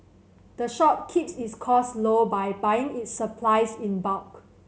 the shop keeps its costs low by buying its supplies in bulk